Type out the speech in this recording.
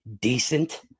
decent